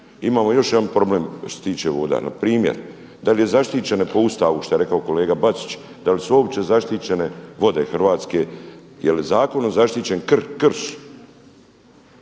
imamo još jedan problem što se tiče voda. Npr. da li je zaštićeno po Ustavu što je rekao kolega Bačić, da li su uopće zaštićene vode Hrvatske? Jeli zakonom zaštićen krš?